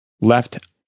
left